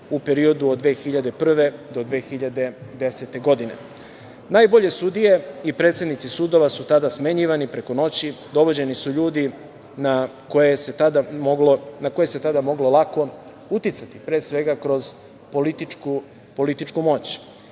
u periodu od 2001. do 2010. godine. Najbolje sudije i predsednici sudova su tada smenjivani preko noći. Dovođeni su ljudi na koje se tada moglo lako uticati, pre svega kroz političku moć.